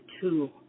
two